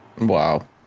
wow